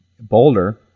Boulder